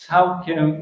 Całkiem